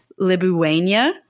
Libuania